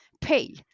pay